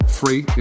free